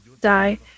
die